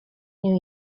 new